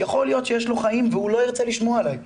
יכול להיות שיש לו חיים והוא לא ירצה לשמוע עלי,